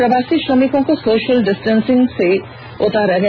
प्रवासी श्रमिकों को सोषल डिस्टेंसिंग से उतारा गया